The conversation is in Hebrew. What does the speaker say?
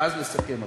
ואז לסכם,